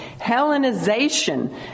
hellenization